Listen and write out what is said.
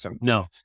No